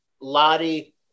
Lottie